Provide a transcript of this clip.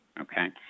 Okay